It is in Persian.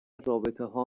رابطهها